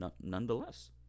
nonetheless